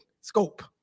scope